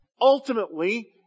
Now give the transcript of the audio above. ultimately